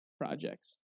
projects